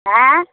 ஆ